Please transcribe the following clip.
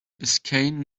biscayne